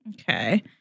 okay